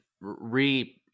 re